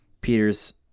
Peter's